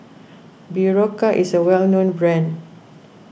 Berocca is a well known brand